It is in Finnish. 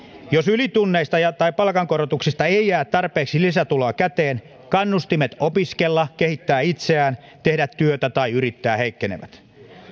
jos ylityötunneista ja palkankorotuksista ei jää tarpeeksi lisätuloa käteen kannustimet opiskella kehittää itseään tehdä työtä ja yrittää heikkenevät